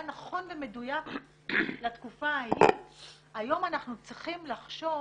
נכון ומדויק לתקופה ההיא היום אנחנו צריכים לחשוב